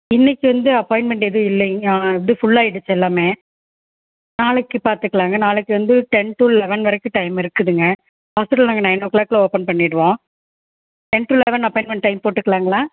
இன்னிக்கு வந்து அப்பாய்ன்மெண்ட்டு எதுவும் இல்லைங்க இது ஃபுல்லாக ஆயிடுச்சு எல்லாமே நாளைக்கு பார்த்துக்கலாங்க நாளைக்கு வந்து டென் டூ லெவன் வரைக்கும் டைம் இருக்குதுங்க ஹாஸ்ப்பிட்டல் நாங்கள் நைன் ஓ க்ளாக்குள்ளே ஓபன் பண்ணிவிடுவோம் ten to eleven appointment time போட்டுக்காலாங்களா